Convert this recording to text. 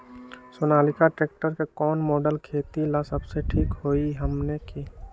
Sonalika tractor के कौन model खेती ला सबसे ठीक होई हमने की?